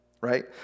right